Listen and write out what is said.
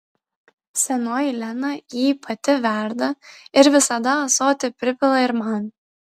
senoji lena jį pati verda ir visada ąsotį pripila ir man